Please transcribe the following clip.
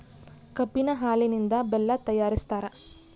ಕಬ್ಬಿನ ಹಾಲಿನಿಂದ ಬೆಲ್ಲ ತಯಾರಿಸ್ತಾರ